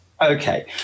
okay